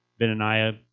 Benaniah